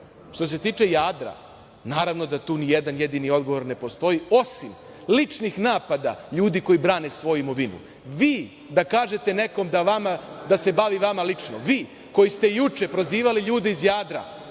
što se tiče Jadra, naravno da tu ni jedan jedini odgovor ne postoji, osim ličnih napada ljudi koji brane svoju imovinu. Vi da kažete nekom da se bavi vama lično, vi koji ste juče prozivali ljude iz Jadra,